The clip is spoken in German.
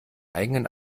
eigenen